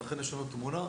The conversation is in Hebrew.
ולכן יש לנו תמונה,